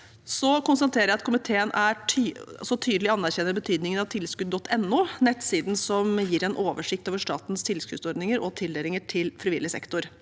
Så konstaterer jeg at komiteen så tydelig anerkjenner betydningen av tilskudd.no, nettsiden som gir en oversikt over statens tilskuddsordninger og tildelinger til frivillig sektor.